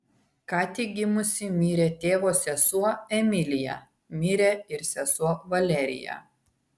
ką tik gimusi mirė tėvo sesuo emilija mirė ir sesuo valerija